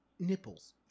nipples